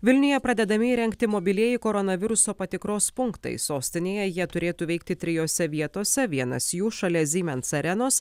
vilniuje pradedami įrengti mobilieji koronaviruso patikros punktai sostinėje jie turėtų veikti trijose vietose vienas jų šalia siemens arenos